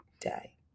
day